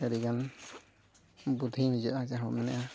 ᱟᱹᱰᱤᱜᱟᱱ ᱵᱩᱫᱽᱫᱷᱤ ᱦᱩᱭᱩᱜᱼᱟ ᱡᱟᱦᱟᱸ ᱵᱚ ᱢᱮᱱᱮᱫᱼᱟ